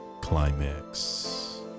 climax